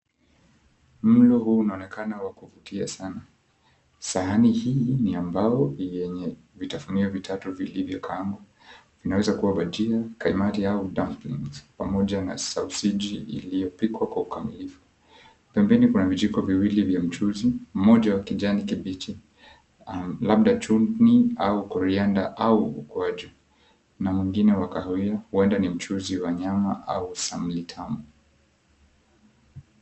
Mlo huu unaonekana wa kuvutia sana. Sahani hii ni ambayo yenye vitafunio vitatu vilivyokaangwa. Vinaweza kuwa batia, kaimati au dumplings pamoja na sausiji iliyopikwa kwa ukamilifu. Pembeni kuna vijiko viwili vya mchuzi, mmoja wa kijani kibichi labda chuni au korianda au ukwaju na mwingine wa kahawia huenda ni mchuzi wa nyama au samli tamu.